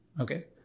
Okay